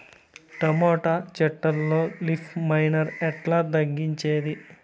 Tomato చెట్లల్లో leaf miner ఎట్లా తగ్గించేది?